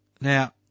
Now